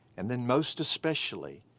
and then most especially,